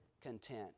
content